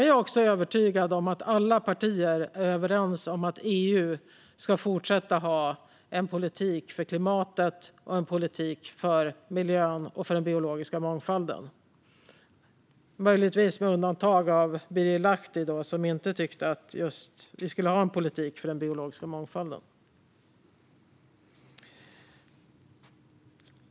Jag är också övertygad om att alla partier är överens om att EU ska fortsätta att ha en politik för klimatet och en politik för miljön och för den biologiska mångfalden - möjligtvis med undantag av Birger Lahti, som inte tyckte att vi skulle ha en politik för den biologiska mångfalden.